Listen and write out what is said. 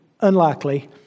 Unlikely